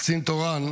קצין תורן,